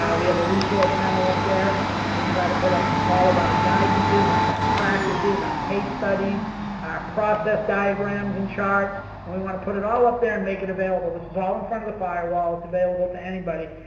we have a resource center up there and we try to put up all of our guidances, our best practices, our case studies, our process diagrams and charts, and we want to put it all up there and make it available. this is all in front of the firewall, it's available to anybody.